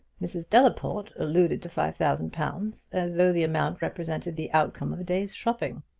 mrs. delaporte alluded to five thousand pounds as though the amount represented the outcome of a day's shopping.